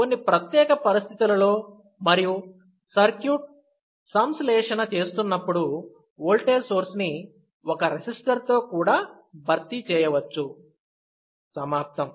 కొన్ని ప్రత్యేక పరిస్థితులలో మరియు సర్క్యూట్ సంశ్లేషణ చేస్తున్నప్పుడు ఓల్టేజ్ సోర్స్ ని ఒక రెసిస్టర్ తో కూడా భర్తీ చేయవచ్చు